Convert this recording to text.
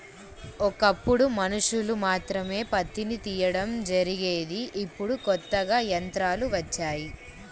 ఒకప్పుడు మనుషులు మాత్రమే పత్తిని తీయడం జరిగేది ఇప్పుడు కొత్తగా యంత్రాలు వచ్చాయి